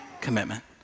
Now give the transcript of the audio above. commitment